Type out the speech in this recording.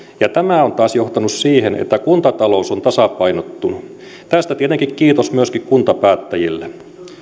ja tämä on taas johtanut siihen että kuntatalous on tasapainottunut tästä tietenkin kiitos myöskin kuntapäättäjille